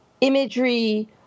imagery